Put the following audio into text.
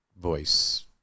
voice